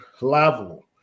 level